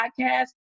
podcast